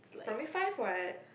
primary five what